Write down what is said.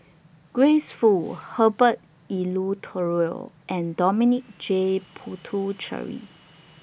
Grace Fu Herbert Eleuterio and Dominic J Puthucheary